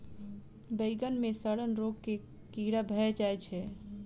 बइगन मे सड़न रोग केँ कीए भऽ जाय छै?